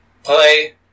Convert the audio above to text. Play